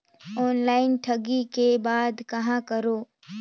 Online ठगी के बाद कहां करों?